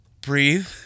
breathe